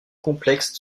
complexe